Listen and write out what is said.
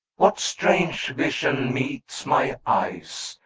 what strange vision meets my eyes,